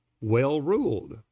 well-ruled